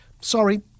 Sorry